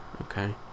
Okay